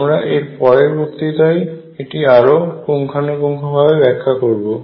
আমরা এর পরের বক্তৃতায় এটি আরো পুঙ্খানুপুঙ্খভাবে ব্যাখ্যা করব